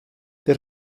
der